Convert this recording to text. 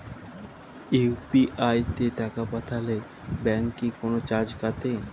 UPI তে টাকা পাঠালে ব্যাংক কি কোনো চার্জ কাটে?